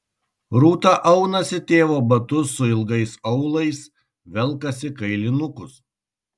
rūta aunasi tėvo batus su ilgais aulais velkasi kailinukus